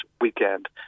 weekend